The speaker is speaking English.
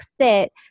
sit